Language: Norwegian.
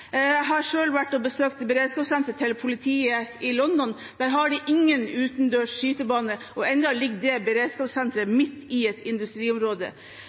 Jeg har selv vært og besøkt beredskapssenteret til politiet i London. Der har de ingen utendørs skytebane, og enda ligger beredskapssenteret midt i et industriområde.